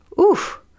Oof